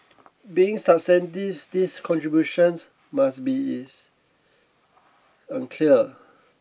being substantive these contributions must be is unclear